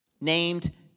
named